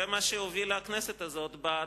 זה מה שהובילה הכנסת הזאת בתקציב,